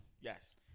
Yes